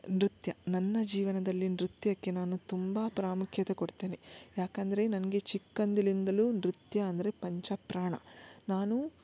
ನೃತ್ಯ ನನ್ನ ಜೀವನದಲ್ಲಿ ನೃತ್ಯಕ್ಕೆ ನಾನು ತುಂಬ ಪ್ರಾಮುಖ್ಯತೆ ಕೊಡ್ತೇನೆ ಯಾಕಂದರೆ ನನಗೆ ಚಿಕ್ಕಂದಿಲಿಂದಲೂ ನೃತ್ಯ ಅಂದರೆ ಪಂಚಪ್ರಾಣ ನಾನು